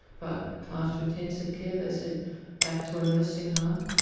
but after intensive care they said back to a nursing home,